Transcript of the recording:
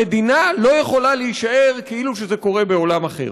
המדינה לא יכולה להישאר כאילו זה קורה בעולם אחר.